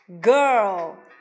Girl